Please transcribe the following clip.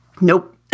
Nope